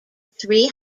three